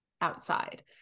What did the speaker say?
outside